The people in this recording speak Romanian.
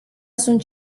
sunt